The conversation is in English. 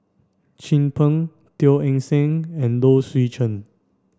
Chin Peng Teo Eng Seng and Low Swee Chen